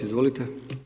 Izvolite.